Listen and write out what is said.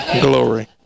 Glory